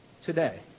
Today